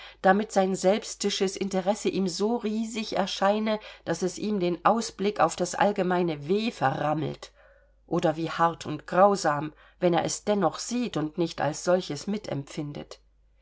damit sein selbstisches interesse ihm so riesig erscheine daß es ihm den ausblick auf das allgemeine weh verrammelt oder wie hart und grausam wenn er es dennoch sieht und nicht als solches mitempfindet